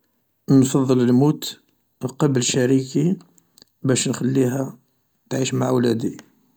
نفضل نموت قبل شريكي باش نخليها تعيش مع ولادي